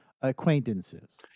acquaintances